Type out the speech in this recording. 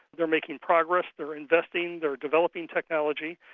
they're making progress, they're investing, they're developing technology,